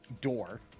door